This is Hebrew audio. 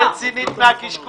אין סיבה יותר רצינית מהקשקוש הזה?